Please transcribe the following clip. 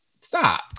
stop